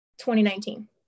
2019